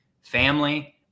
Family